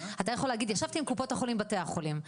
אתה יכול להגיד "ישבתי עם קופות החולים ועם בתי החולים,